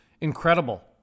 incredible